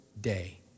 day